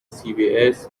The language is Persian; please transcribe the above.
cbs